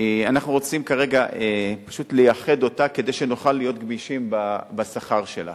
אנחנו רוצים כרגע פשוט לייחד אותה כדי שנוכל להיות גמישים בשכר שלה